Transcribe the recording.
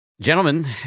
gentlemen